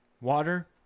water